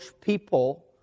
people